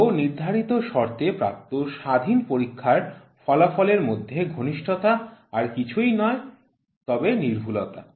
তো নির্ধারিত শর্তে প্রাপ্ত স্বাধীন পরীক্ষার ফলাফলের মধ্যে ঘনিষ্ঠতা আর কিছুই নয় তবে সূক্ষ্মতা